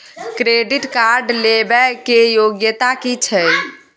Credit card लेबै के योग्यता कि छै?